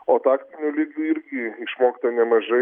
o taktiniu lygiu irgi išmokta nemažai